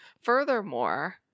Furthermore